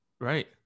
Right